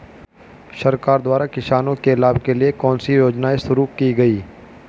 सरकार द्वारा किसानों के लाभ के लिए कौन सी योजनाएँ शुरू की गईं?